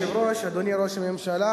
אדוני היושב-ראש, תודה, אדוני ראש הממשלה,